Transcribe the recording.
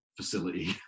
facility